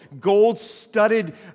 gold-studded